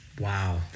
Wow